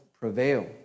prevail